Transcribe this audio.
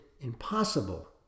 impossible